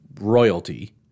royalty